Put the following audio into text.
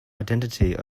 identity